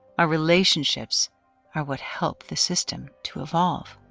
our relationships are what help the system to evolve.